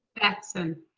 paxton.